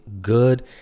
good